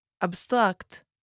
Abstract